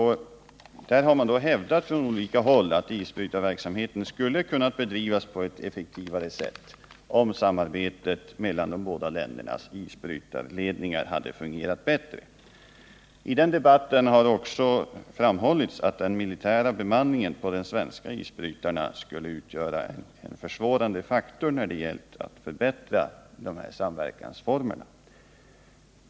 Man har hävdat från olika håll att isbrytarverksamheten skulle ha kunnat bedrivas på ett effektivare sätt om samarbetet mellan de båda ländernas isbrytarledningar hade fungerat bättre. I den debatten har också framhållits att den militära bemanningen på de svenska isbrytarna skulle utgöra en försvårande faktor när det gäller att förbättra samverkansformerna.